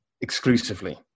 exclusively